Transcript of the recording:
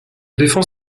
défends